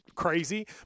Crazy